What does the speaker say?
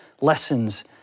lessons